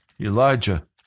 Elijah